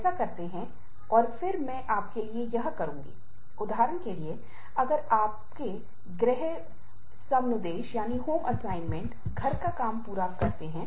और क्षतिपूर्ति मॉडल बोलता है कि एक में कमी या संतुष्टि दूसरों के साथ दक्षता या असंतोष से जुड़ी है